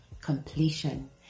completion